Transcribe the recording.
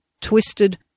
Twisted